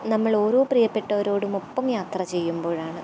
നമ്മൾ ഓരോ പ്രിയപ്പെട്ടവരോടും ഒപ്പം യാത്ര ചെയ്യുമ്പോഴാണ്